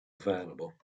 available